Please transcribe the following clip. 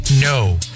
no